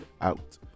out